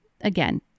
again